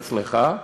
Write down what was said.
אצלך,